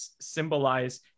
symbolize